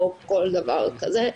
או כל דבר כזה,